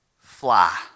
fly